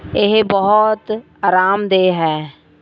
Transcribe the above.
ਇਹ ਬਹੁਤ ਆਰਾਮਦੇਹ ਹੈ